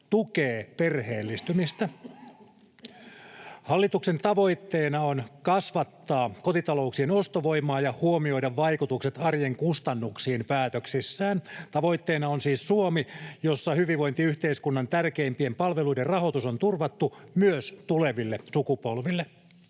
tukee perheellistymistä. Hallituksen tavoitteena on kasvattaa kotitalouksien ostovoimaa ja huomioida vaikutukset arjen kustannuksiin päätöksissään. Tavoitteena on siis Suomi, jossa hyvinvointiyhteiskunnan tärkeimpien palveluiden rahoitus on turvattu myös tuleville sukupolville.